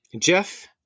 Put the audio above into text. Jeff